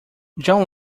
john